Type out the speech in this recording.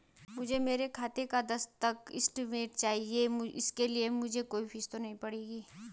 मुझे मेरे खाते का दस तक का स्टेटमेंट चाहिए इसके लिए मुझे कोई फीस तो नहीं पड़ेगी?